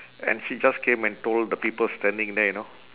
and she just came and told the people standing there you know